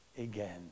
again